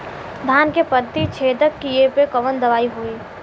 धान के पत्ती छेदक कियेपे कवन दवाई होई?